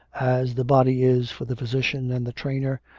as the body is for the physician and the trainer,